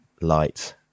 light